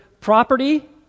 Property